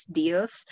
deals